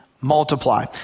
multiply